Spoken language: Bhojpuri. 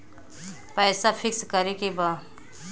पैसा पिक्स करके बा?